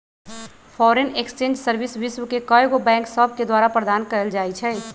foreign exchange service विश्व के कएगो बैंक सभके द्वारा प्रदान कएल जाइ छइ